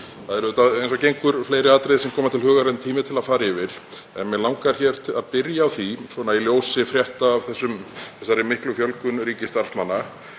eins og gengur fleiri atriði sem koma til hugar en tími er til að fara yfir. En mig langar að byrja á því, í ljósi frétta af þessari miklu fjölgun ríkisstarfsmanna,